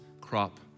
crop